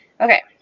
Okay